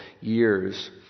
years